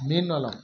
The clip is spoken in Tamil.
மீன் வளம்